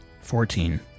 Fourteen